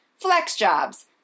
FlexJobs